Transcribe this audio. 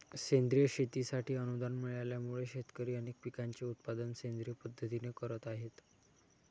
सेंद्रिय शेतीसाठी अनुदान मिळाल्यामुळे, शेतकरी अनेक पिकांचे उत्पादन सेंद्रिय पद्धतीने करत आहेत